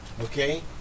okay